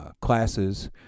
classes